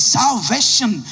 salvation